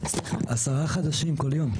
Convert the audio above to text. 10 חדשים ביום.